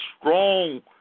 strong